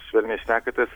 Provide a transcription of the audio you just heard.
švelniai šnekatės